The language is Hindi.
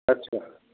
अच्छा